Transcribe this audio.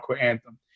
anthem